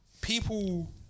people